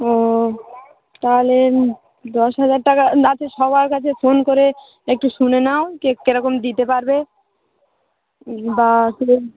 ও তাহলে দশ হাজার টাকা আচ্ছা সবার কাছে ফোন করে একটু শুনে নাও কে কীরকম দিতে পারবে বা